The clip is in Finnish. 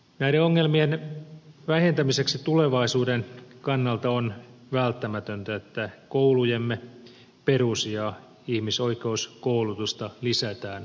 näiden ongelmien vähentämiseksi tulevaisuuden kannalta on välttämätöntä että koulujemme perus ja ihmisoikeuskoulutusta lisätään vahvasti